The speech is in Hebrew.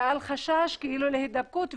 ועל חשש להידבקות,